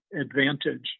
advantage